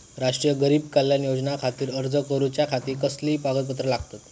राष्ट्रीय गरीब कल्याण योजनेखातीर अर्ज करूच्या खाती कसली कागदपत्रा लागतत?